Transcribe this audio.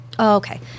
Okay